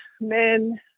men